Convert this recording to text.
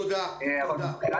אדוני,